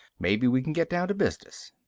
maybe we can get down to business.